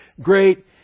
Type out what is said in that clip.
great